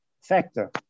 factor